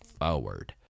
forward